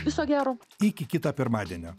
viso gero iki kito pirmadienio